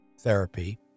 therapy